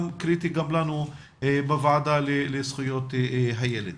קריטי גם לנו בוועדה לזכויות הילד.